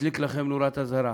מדליק לפניכם נורת אזהרה,